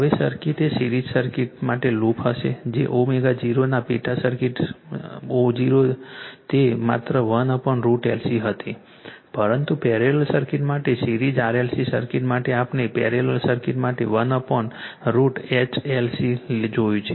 હવે સર્કિટ એ series circuit માટે લૂપ હશે જે ω0 આ પેટા સિરીઝ સર્કિટ ω0 તે માત્ર 1√ LC હતી પરંતુ પેરેલલ સર્કિટ તેથી સિરીઝ RLC સર્કિટ માટે આપણે પેરેલલ સર્કિટ માટે 1√ hLC જોયું છે